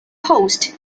post